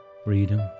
Freedom